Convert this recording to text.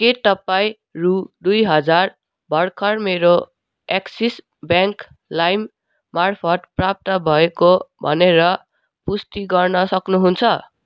के तपाईँ रु दुई हजार भर्खर मेरो एक्सिस ब्याङ्क लाइम मार्फत् प्राप्त भएको भनेर पुष्टि गर्नसक्नु हुन्छ